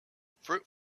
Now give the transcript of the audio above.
fruit